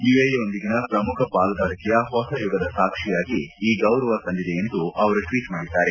ಯುಎಇಯೊಂದಿಗೆ ಪ್ರಮುಖ ಪಾಲುದಾರಿಕೆಯ ಹೊಸ ಯುಗದ ಸಾಕ್ಷಿಯಾಗಿ ಈ ಗೌರವ ಸಂದಿದೆ ಎಂದು ಅವರು ಟ್ವೀಟ್ ಮಾಡಿದ್ದಾರೆ